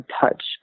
touch